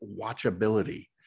watchability